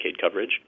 coverage